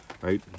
right